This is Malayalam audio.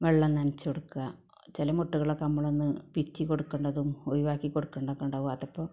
വെള്ളം നനച്ച് കൊടുക്കുക ചില മൊട്ടുകളൊക്കെ നമ്മളൊന്ന് പിച്ചി കൊടുക്കേണ്ടതും ഒഴിവാക്കി കൊടുക്കേണ്ടതും ഒക്കെ ഉണ്ടാകും അതൊപ്പം